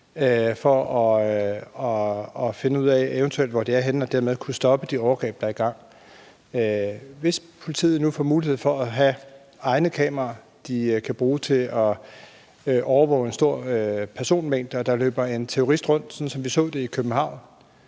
for at finde ud af, hvor de eventuelt er henne, og dermed kunne stoppe de overgreb, der er i gang. Hvis politiet nu får mulighed for at have egne kameraer, de kan bruge til at overvåge store personmængder, og der løber en terrorist rundt, sådan som vi så det i København,